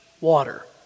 water